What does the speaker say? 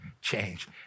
change